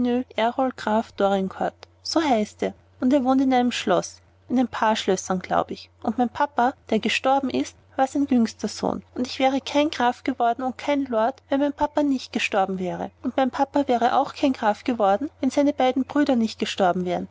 dorincourt so heißt er und er wohnt in einem schloß in ein paar schlössern glaub ich und mein papa der gestorben ist war sein jüngster sohn und ich wäre kein graf geworden und kein lord wenn mein papa nicht gestorben wäre und mein papa wäre auch kein graf geworden wenn seine beiden brüder nicht gestorben wären